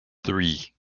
three